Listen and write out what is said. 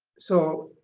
so